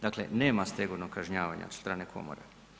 Dakle, nema stegovnog kažnjavanja od strane komore.